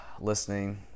listening